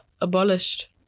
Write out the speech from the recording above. abolished